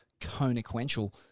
consequential